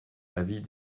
avis